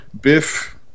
Biff